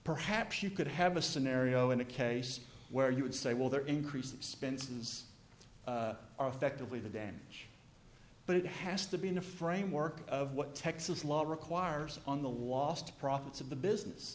perhaps you could have a scenario in a case where you would say well there increases spence's are effectively the damage but it has to be in a framework of what texas law requires on the wast profits of the business